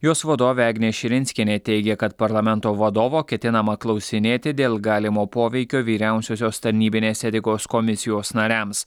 jos vadovė agnė širinskienė teigia kad parlamento vadovo ketinama klausinėti dėl galimo poveikio vyriausiosios tarnybinės etikos komisijos nariams